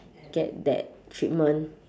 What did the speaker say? get that treatment